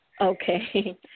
Okay